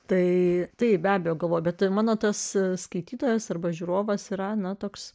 tai tai be abejo galvojo bet mano tas skaitytojas arba žiūrovas yra ne toks